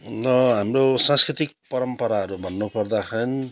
न हाम्रो सांस्कृतिक परम्पराहरू भन्नु पर्दाखेरि